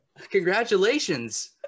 congratulations